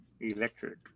Electric